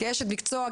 כאשת מקצוע,